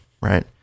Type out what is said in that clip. Right